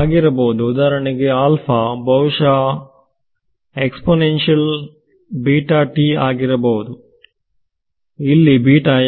ಆಗಿರಬಹುದು ಉದಾಹರಣೆಗೆ ಬಹುಶಹ ಆಗಿರಬಹುದು ಇಲ್ಲಿ